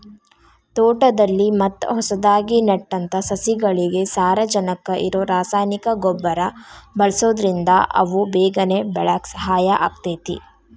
ತೋಟದಲ್ಲಿ ಮತ್ತ ಹೊಸದಾಗಿ ನೆಟ್ಟಂತ ಸಸಿಗಳಿಗೆ ಸಾರಜನಕ ಇರೋ ರಾಸಾಯನಿಕ ಗೊಬ್ಬರ ಬಳ್ಸೋದ್ರಿಂದ ಅವು ಬೇಗನೆ ಬೆಳ್ಯಾಕ ಸಹಾಯ ಆಗ್ತೇತಿ